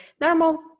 normal